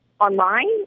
Online